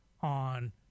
on